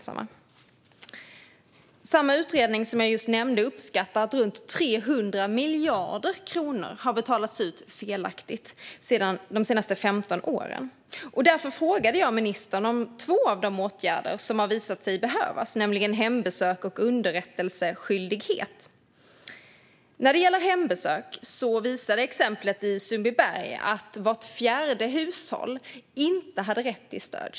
Samma utredning som jag nyss nämnde uppskattar att runt 300 miljarder kronor har betalats ut felaktigt de senaste 15 åren. Därför frågade jag ministern om två av de åtgärder som har visat sig behövas, nämligen hembesök och underrättelseskyldighet. När det gäller hembesök visade exemplet i Sundbyberg att vart fjärde hushåll inte hade rätt till stöd.